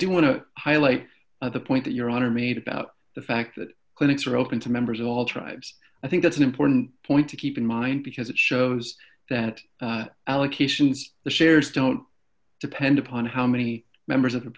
do want to highlight of the point that your honor made about the fact that clinics are open to members of all tribes i think that's an important point to keep in mind because it shows that allocations the shares don't depend upon how many members of a